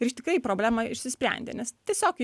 ir iš tikrai problema išsisprendė nes tiesiog